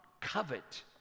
covet